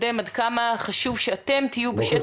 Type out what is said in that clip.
כמה חשוב שאתם תהיו בשטח.